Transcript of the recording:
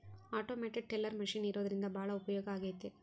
automated teller machine ಇರೋದ್ರಿಂದ ಭಾಳ ಉಪಯೋಗ ಆಗೈತೆ